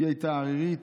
היא הייתה ערירית,